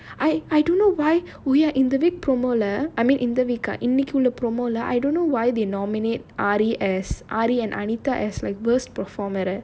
I I don't know why we are in the big promo~ lah I mean in the இந்த:indha week promo~ lah I don't know why they nominate aari as aari and anita as like worst performer